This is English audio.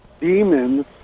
demons